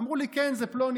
אמרו לי: כן, זה פלוני-אלמוני.